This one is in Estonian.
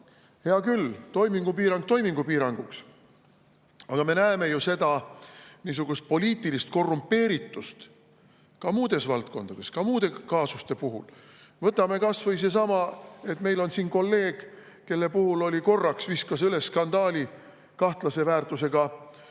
küll, toimingupiirang toimingupiiranguks. Aga me näeme niisugust poliitilist korrumpeeritust ka muudes valdkondades, ka muude kaasuste puhul. Võtame kas või sellesama, et meil on siin kolleeg, kelle puhul korraks viskas üles skandaali seoses kahtlase väärtusega